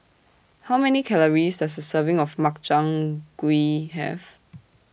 How Many Calories Does A Serving of Makchang Gui Have